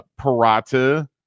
Parata